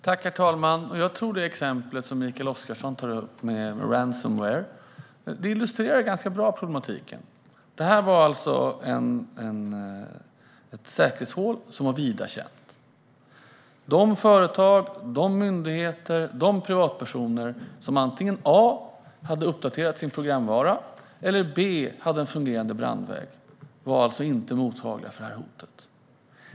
Herr talman! Jag tror att det exempel som Mikael Oscarsson tog upp med ransomware illustrerar problematiken ganska väl. Detta var ett säkerhetshål som var vida känt. De företag, myndigheter och privatpersoner som antingen hade uppdaterat sin programvara eller hade en fungerande brandvägg var alltså inte mottagliga för detta hot.